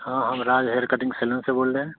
हाँ हम Raj hair cutting saloon से बोल रहें